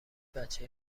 بچه